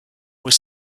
were